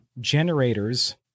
generators